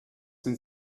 den